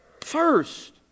First